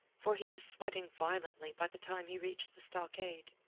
for he was sweating violently by the time he reached the stockade.